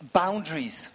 boundaries